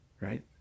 Right